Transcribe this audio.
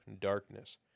darkness